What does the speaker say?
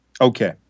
Okay